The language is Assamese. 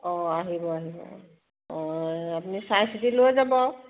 অঁ আহিব আহিব অঁ আপুনি এই চাইচিতি লৈ যাব